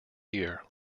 year